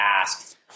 asked